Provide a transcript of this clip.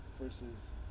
versus